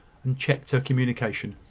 and checked her communication.